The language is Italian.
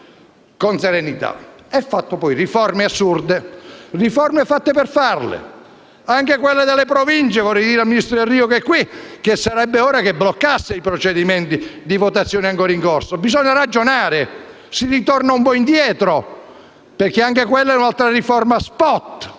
E ha fatto poi riforme assurde. Riforme fatte per farle, come quella delle Province e vorrei dire al ministro Delrio, che è qui, che sarebbe ora che bloccasse i procedimenti di votazione ancora in corso. Bisogna ragionare. Si ritorni un po' indietro, perché anche quella della Province è un'altra riforma *spot*,